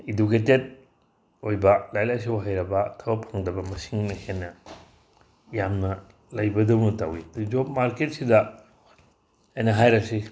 educated ꯑꯣꯏꯕ ꯂꯥꯏꯔꯤꯛ ꯂꯥꯏꯁꯨ ꯍꯩꯔꯕ ꯊꯕꯛ ꯐꯪꯗꯕ ꯃꯁꯤꯡꯅ ꯍꯦꯟꯅ ꯌꯥꯝꯅ ꯂꯩꯕꯗꯧꯅ ꯇꯧꯋꯤ ꯑꯗꯣ ꯖꯣꯕ ꯃꯥꯔꯀꯦꯠꯁꯤꯗ ꯍꯥꯏꯅ ꯍꯥꯏꯔꯁꯤ